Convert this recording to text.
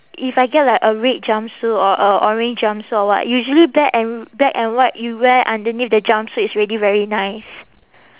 if I get like a red jumpsuit or a orange jumpsuit or what usually black and black and white you wear underneath the jumpsuit it's really very nice